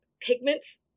pigments